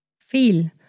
feel